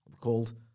called